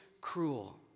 cruel